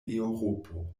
eŭropo